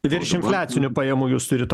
virš infliacinių pajamų jūs turit